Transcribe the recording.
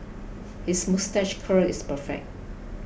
his moustache curl is perfect